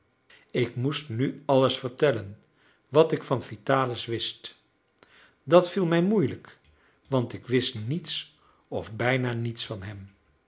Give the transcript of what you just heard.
ik moest nu alles vertellen wat ik van vitalis wist dat viel mij moeilijk want ik wist niets of bijna niets van hem